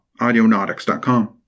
AudioNautics.com